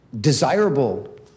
desirable